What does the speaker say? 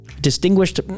distinguished